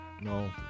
No